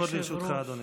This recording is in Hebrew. שלוש דקות לרשותך, בבקשה.